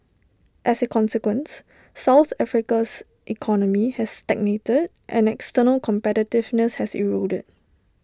as A consequence south Africa's economy has stagnated and external competitiveness has eroded